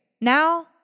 Now